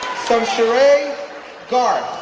soncharia garth